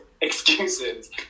excuses